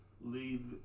leave